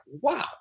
wow